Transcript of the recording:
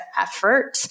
effort